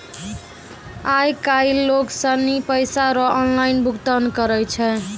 आय काइल लोग सनी पैसा रो ऑनलाइन भुगतान करै छै